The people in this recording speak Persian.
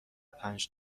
پنج